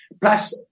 Plus